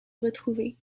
retrouvée